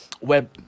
web